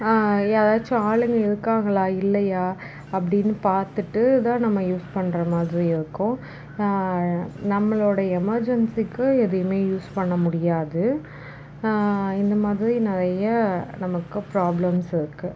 யாராச்சும் ஆளுங்க இருக்காங்களா இல்லையா அப்படின்னு பார்த்துட்டுதான் நம்ம யூஸ் பண்ணுற மாதிரி இருக்கும் நம்மளுடைய எமர்ஜென்ஸிக்கு எதையுமே யூஸ் பண்ண முடியாது இந்த மாதிரி நிறைய நமக்கு ப்ராப்ளம்ஸ் இருக்குது